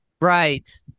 Right